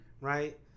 Right